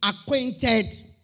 acquainted